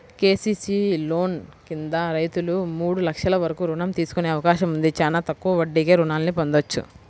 KCC loan కింద రైతులు మూడు లక్షల వరకు రుణం తీసుకునే అవకాశం ఉంది, చానా తక్కువ వడ్డీకే రుణాల్ని పొందొచ్చు